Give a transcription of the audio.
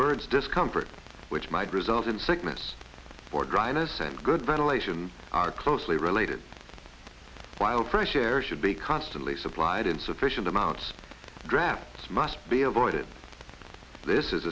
birds discomfort which might result in sickness for dryness and good ventilation are closely related while fresh air should be constantly supplied in sufficient amounts drafts must be avoided this is